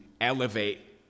elevate